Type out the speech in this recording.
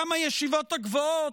גם הישיבות הגבוהות,